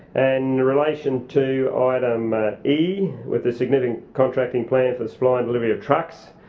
and relation to item e, with the significant contracting plan for supply and delivery of trucks,